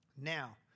Now